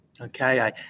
okay